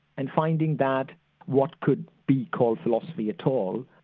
and finding that what could be called philosophy at all,